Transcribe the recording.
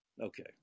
Okay